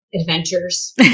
adventures